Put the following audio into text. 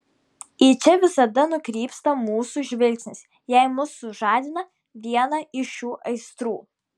į čia visada nukrypsta mūsų žvilgsnis jei mus sužadina viena iš šių aistrų